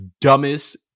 dumbest